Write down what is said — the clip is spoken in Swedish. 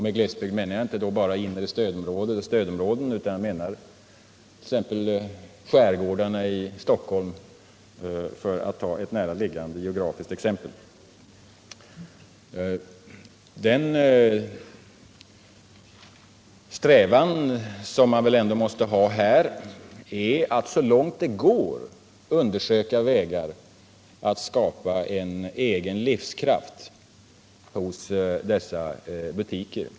Med glesbygder menar jag då inte bara delar av inre stödområdet utan också t.ex. Stockholms skärgård, för att ta ett nära liggande geografiskt exempel. Strävan måste väl här vara att så långt det går finna vägar att skapa en egen livskraft hos butikerna.